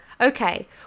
Okay